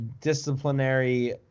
disciplinary